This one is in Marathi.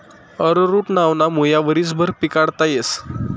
अरोरुट नावना मुया वरीसभर पिकाडता येस